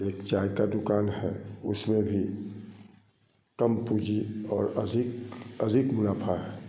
एक चाय का दुकान है उसमें भी कम पूँजी और अधिक अधिक मुनाफा है